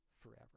forever